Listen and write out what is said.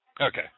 Okay